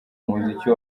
umuziki